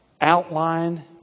outline